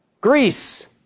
Greece